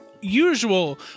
usual